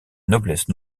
noblesse